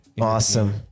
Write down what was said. Awesome